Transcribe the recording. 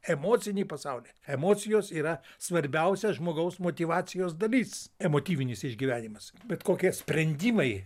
emocinį pasaulį emocijos yra svarbiausia žmogaus motyvacijos dalis emotyvinis išgyvenimas bet kokie sprendimai